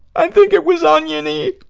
i think it was oniony.